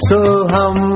Soham